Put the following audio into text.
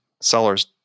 sellers